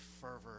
fervor